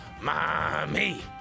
mommy